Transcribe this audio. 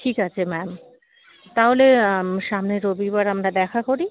ঠিক আছে ম্যাম তাহলে সামনের রবিবার আমরা দেখা করি